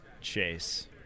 Chase